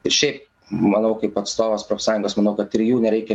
ir šiaip manau kaip atstovas profsąjungos manau kad trijų nereikia